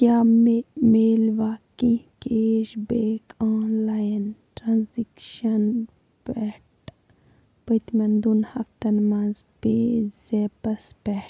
کیٛاہ مےٚ میلوا کینٛہہ cashback online transaction پٮ۪ٹھ پٔتۍمٮ۪ن دۄن ہفتن منٛز پے زیپس پٮ۪ٹھ